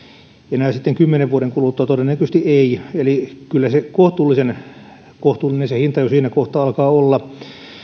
enää sitten kymmenen vuoden kuluttua todennäköisesti ei eli kyllä se hinta kohtuullinen jo siinä kohtaa alkaa olla